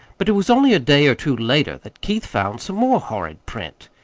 but it was only a day or two later that keith found some more horrid print.